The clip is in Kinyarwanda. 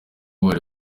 bari